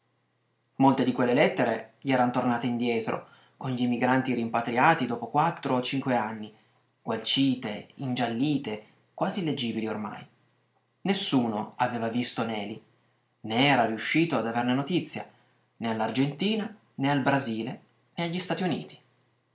molte di quelle lettere gli eran tornate indietro con gli emigranti rimpatriati dopo quattro o cinque anni gualcite ingiallite quasi illeggibili ormai nessuno aveva visto neli né era riuscito ad averne notizia né all'argentina né al brasile né a gli stati uniti